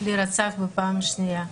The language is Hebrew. להירצח בפעם שנייה.